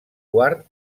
quart